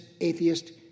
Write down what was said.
atheist